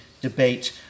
debate